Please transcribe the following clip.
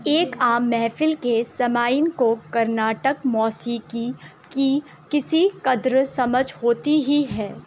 ایک عام محفل کے سماعین کو کرناٹک موسیقی کی کسی قدر سمجھ ہوتی ہی ہے